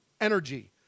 energy